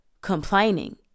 complaining